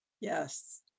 yes